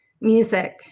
music